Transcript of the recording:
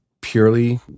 purely